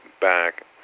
back